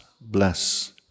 bless